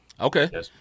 Okay